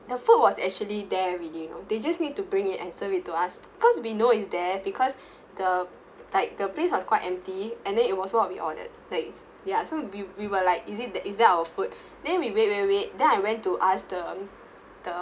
the food was actually there already you know they just need to bring it and serve it to us because we know it's there because the like the place was quite empty and then it was what we ordered there is ya so we we were like is it is that our food then we wait wait wait then I went to ask the the